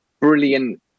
brilliant